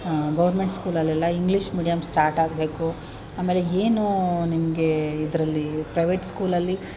government ಸ್ಕೂಲಲೆಲ್ಲ English medium start ಆಗಬೇಕು ಆಮೇಲೆ ಏನೂ ನಿಮಗೆ ಇದರಲ್ಲೀ ಪ್ರವೇಟ್ ಸ್ಕೂಲಲ್ಲಿ